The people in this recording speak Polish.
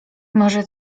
może